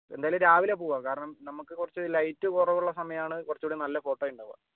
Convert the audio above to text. എന്തായാലും രാവിലെ പോവാം കാരണം നമുക്ക് കുറച്ച് ലൈറ്റ് കുറവുള്ള സമയമാണ് കുറച്ചുകൂടെ നല്ല ഫോട്ടോ ഉണ്ടാവുക